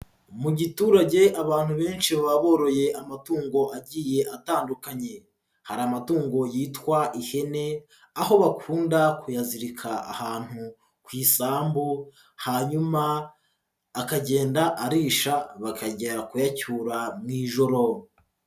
Mu giturage abantu benshi baba boroye amatungo agiye atandukanye, hari amatungo yitwa ihene, aho bakunda kuyazirika ahantu ku isambu, hanyuma akagenda arisha bakajya kuyacyura mu ijoro.